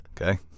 okay